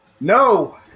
No